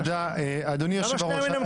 למה שניים מנמקים?